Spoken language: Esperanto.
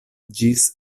ĝis